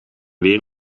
weer